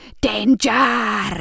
Danger